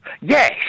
Yes